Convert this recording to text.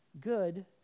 good